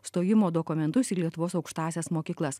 stojimo dokumentus į lietuvos aukštąsias mokyklas